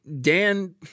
Dan